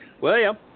William